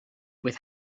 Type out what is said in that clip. with